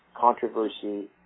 controversy